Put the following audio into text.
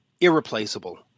irreplaceable